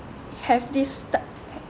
have this